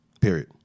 period